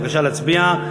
בבקשה להצביע.